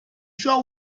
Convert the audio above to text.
show